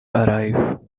arrive